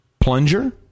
Plunger